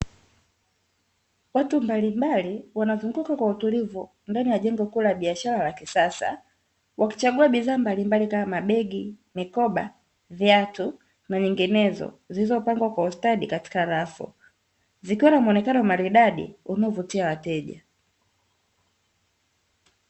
Watu mbalimbali wanazunguka kwa utulivu ndani ya jengo kuu la biashara la kisasa, wakichagua bidhaa mbalimbali kama mabegi, mikoba, viatu na nyinginezo zilizopangwa kwa ustadi katika rafu zikiwa na muonekano maridadi unaovutia wateja.